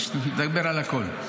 נדבר על הכול.